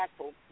impactful